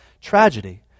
tragedy